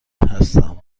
هستم